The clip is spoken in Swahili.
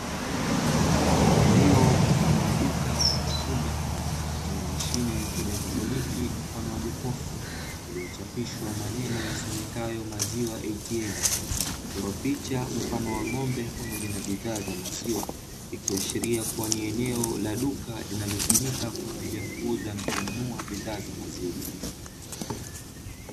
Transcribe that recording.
Eneo mfano wa duka ama chumba chenye mashine ya kielektroniki mfano wa jokofu iliyochapishwa maneno yasomekayo maziwa "ATM", na kuchorwa picha mfano wa ng’ombe pamoja na bidhaa za maziwa ikiashiria kuwa ni eneo la duka linalotumika kwa ajili ya kuuza na kununua bidhaa za maziwa.